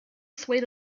swayed